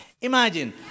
Imagine